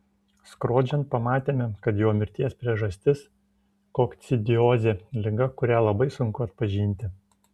skrodžiant pamatėme kad jo mirties priežastis kokcidiozė liga kurią labai sunku atpažinti